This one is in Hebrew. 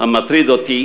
המטריד אותי